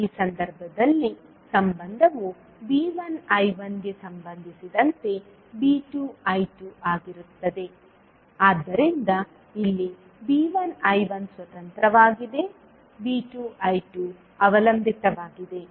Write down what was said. ಈ ಸಂದರ್ಭದಲ್ಲಿ ಸಂಬಂಧವು V1 I1 ಗೆ ಸಂಬಂಧಿಸಿದಂತೆ V2 I2 ಆಗಿರುತ್ತದೆ ಆದ್ದರಿಂದ ಇಲ್ಲಿ V1 I1 ಸ್ವತಂತ್ರವಾಗಿದೆ V2 I2 ಅವಲಂಬಿತವಾಗಿದೆ